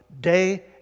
day